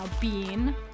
Bean